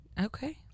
Okay